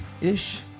ish